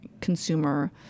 consumer